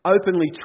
openly